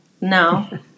No